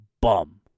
bum